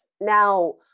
Now